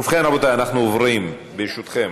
ובכן, רבותיי, אנחנו עוברים, ברשותכם,